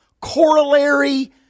corollary